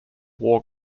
war